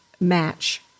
match